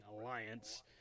Alliance